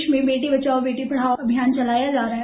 देश में बेटी बचाओं बेटी पढाओं अभियान चलाया जा रहा है